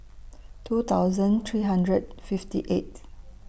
two thousand three hundred fifty eighth